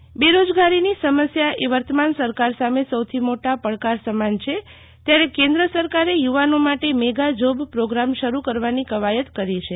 શીતલવૈશ્નવ બેરોજગારીની સમસ્યા એ વર્તમાન સરકાર સામે સૌથી મોટી પડકાર સમાન છે ત્યારે કેન્દ્ર સરકારે યુવાનો માટે મેગા જોબ પ્રોગ્રામ શરુ કરવાની ક્યાવત કરી છે